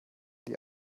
die